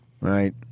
Right